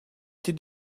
did